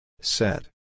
Set